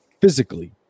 physically